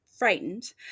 Frightened